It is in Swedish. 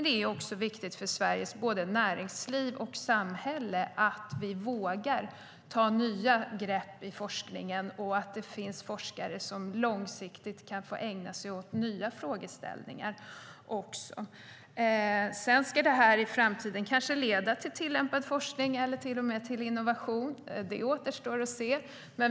Det är också viktigt för Sveriges näringsliv och samhälle att vi vågar ta nya grepp i forskningen och att det finns forskare som långsiktigt kan få ägna sig åt nya frågor. Om detta i framtiden ska leda till tillämpad forskning eller till och med till innovation återstår att se.